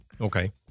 Okay